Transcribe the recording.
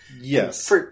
Yes